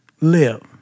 live